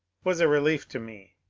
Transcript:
was a relief to me.